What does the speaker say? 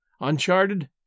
uncharted